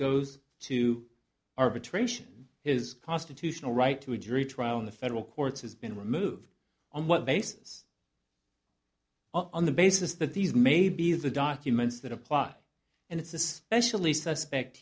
goes to arbitration his constitutional right to a jury trial in the federal courts has been removed on what basis on the basis that these may be the documents that apply and it's especially suspect